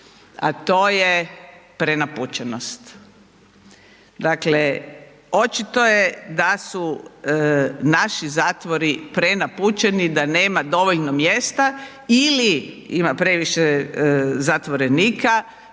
a to je prenapučenost. Dakle očito je da su naši zatvori prenapučeni, da nema dovoljno mjesta ili ima previše zatvorenika,